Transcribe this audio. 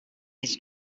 his